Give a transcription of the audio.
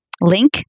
link